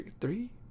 Three